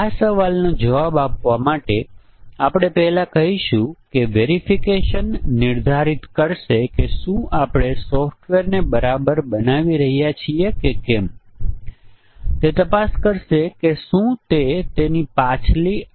જેનો ઘણી વખત આપણે ઉલ્લેખ કર્યો છે તે એવી પરિસ્થિતિ છે જ્યાં આપણે ઘણા પરિમાણો છે અને દરેક પરિમાણ બુલિયન છે અથવા તે અનેક કિંમતો લઈ શકે છે